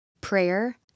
prayer